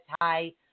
hi